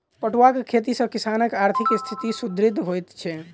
पटुआक खेती सॅ किसानकआर्थिक स्थिति सुदृढ़ होइत छै